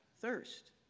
thirst